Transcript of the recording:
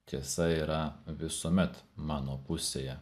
tiesa yra visuomet mano pusėje